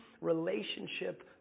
relationship